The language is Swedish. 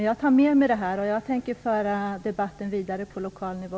Jag tar med mig det som här har sagts, och jag tänker föra debatten vidare på lokal nivå.